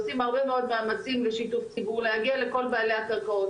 עושים הרבה מאוד מאמצים לשיתוף ציבור להגיע לכל בעלי הקרקעות,